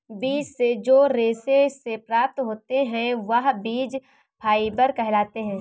बीज से जो रेशे से प्राप्त होते हैं वह बीज फाइबर कहलाते हैं